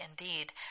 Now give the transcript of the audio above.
indeed